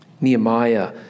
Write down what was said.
Nehemiah